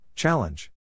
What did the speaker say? Challenge